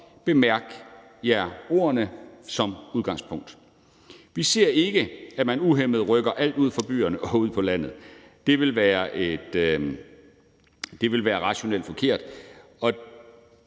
Bemærk ordene: som udgangspunkt. Vi ser ikke, at man uhæmmet rykker alt ud fra byerne og ud på landet. Det vil være rationelt forkert,